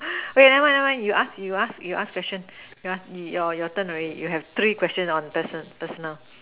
okay never mind never mind you ask you ask you ask question you ask your your turn already you have three questions on test test now